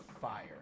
fire